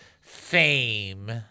fame